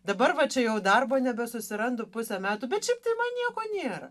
dabar va čia jau darbo nebesusirandu pusę metų bet šiaip tai man nieko nėra